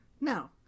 No